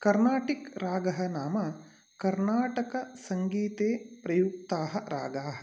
कर्नाटिक् रागः नाम कर्णाटकसङ्गीते प्रयुक्ताः रागाः